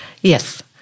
Yes